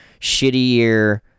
shittier